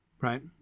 right